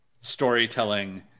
storytelling